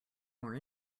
more